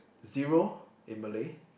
zero in Malay